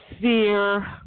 fear